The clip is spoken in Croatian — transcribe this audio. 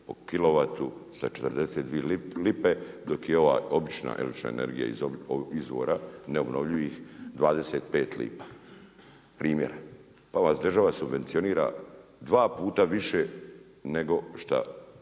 po kilovatu sa 42 lipe dok je ova obična energija iz izvora, neobnovljivih 25 lipa. Primjer, pa vas država subvencionira 2 puta više nego šta